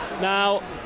Now